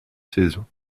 saison